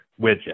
widget